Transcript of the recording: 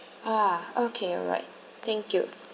ah okay alright thank you